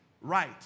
right